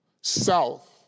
South